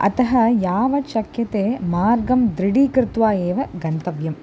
अतः यावद् शक्यते मार्गं दृढीकृत्वा एव गन्तव्यम्